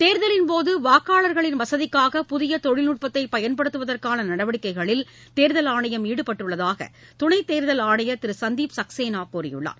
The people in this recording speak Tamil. தேர்தலின்போது வாக்காளர்களின் வசதிக்காக புதிய தொழில்நுட்பத்தை பயன்படுத்துவதற்கான நடவடிக்கைகளில் தேர்தல் ஆணையம் ஈடுபட்டுள்ளதாக துணைத் தேர்தல் ஆணையர் திரு சந்தீப் சக்சேனா கூறியுள்ளார்